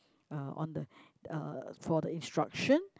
uh on the uh for the instruction